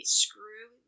screw